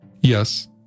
Yes